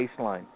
baseline